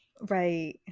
Right